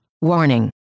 Warning